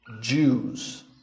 Jews